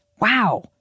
Wow